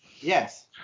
Yes